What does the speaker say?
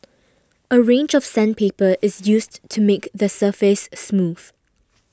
a range of sandpaper is used to make the surface smooth